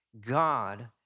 God